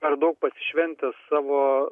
per daug pasišventęs savo